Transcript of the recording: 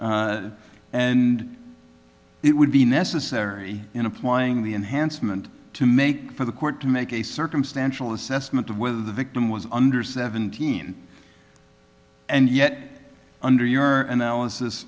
and it would be necessary in applying the enhancement to make for the court to make a circumstantial assessment of whether the victim was under seventeen and yet under your analysis